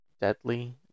Deadly